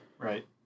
right